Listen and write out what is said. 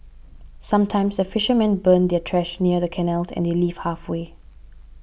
sometimes the fishermen burn their trash near the canals and they leave halfway